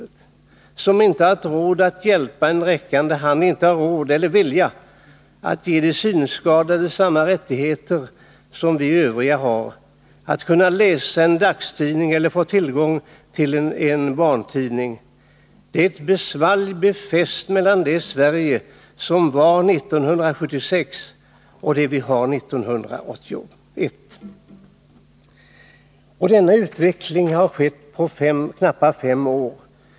Arma land, som inte har råd att räcka en hjälpande hand, inte har råd — eller viljan — att ge de synskadade samma rättighet som vi övriga har: att kunna läsa en dagstidning eller att ha tillgång till en barntidning. Det är ett svalg befäst mellan det Sverige som var 1976 och det vi har 1981. Denna utveckling har skett på knappa fem år.